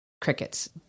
crickets